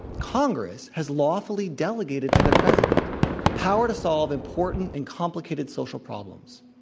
congress has lawfully delegated to the president power to solve important and complicated social problems.